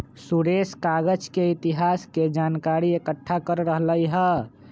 सुरेश कागज के इतिहास के जनकारी एकट्ठा कर रहलई ह